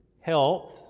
health